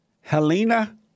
Helena